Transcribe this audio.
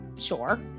Sure